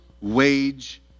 wage